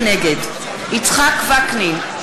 נגד יצחק וקנין,